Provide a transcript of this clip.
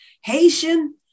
Haitian